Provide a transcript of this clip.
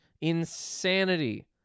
insanity